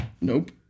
Nope